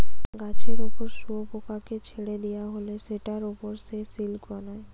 গাছের উপর শুয়োপোকাকে ছেড়ে দিয়া হলে সেটার উপর সে সিল্ক বানায়